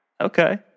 Okay